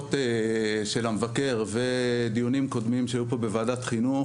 דוחות של המבקר ודיונים קודמים שהיו פה בוועדת חינוך,